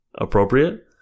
Appropriate